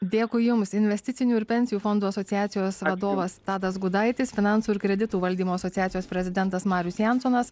dėkui jums investicinių ir pensijų fondų asociacijos vadovas tadas gudaitis finansų ir kreditų valdymo asociacijos prezidentas marius jansonas